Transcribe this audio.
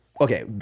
okay